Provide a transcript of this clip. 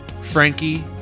Frankie